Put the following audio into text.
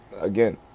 again